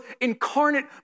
incarnate